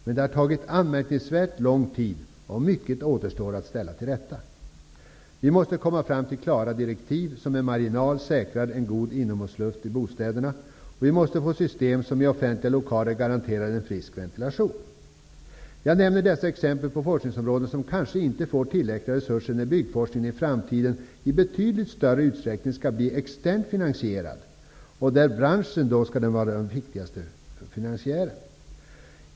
Men det har tagit anmärkningsvärt lång tid och mycket återstår att ställa till rätta. Vi måste komma fram till klara direktiv, som med marginal säkrar en god inomhusluft i bostäderna. Vi måste få system som garanterar en frisk ventilation i offentliga lokaler. Jag nämner dessa exempel på forskningsområden som kanske inte får tillräckliga resurser när byggforskningen i framtiden i betydligt större utsträckning skall bli externt finansierad och där branschen skall vara den viktigaste finansiären.